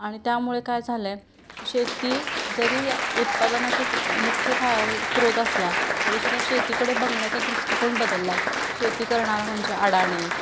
आणि त्यामुळे काय झालं आहे शेती जरी उत्पादनाचाच मुख्य खा स्रोत असला तरीसुद्धा शेतीकडे बघण्याचा दृष्टिकोन बदलला आहे शेती करणारा म्हणजे अडाणी